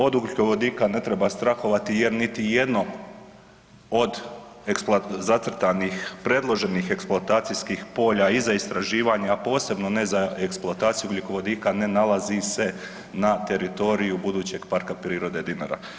Od ugljikovodika ne treba strahovati jer niti jedno od zacrtanih predloženih eksploatacijskih polja i za istraživanja, a posebno ne za eksploataciju ugljikovodika ne nalazi se na teritoriju budućeg Parka prirode Dinara.